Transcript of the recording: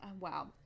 wow